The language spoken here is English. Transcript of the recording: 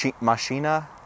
machina